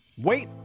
Wait